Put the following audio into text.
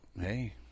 Hey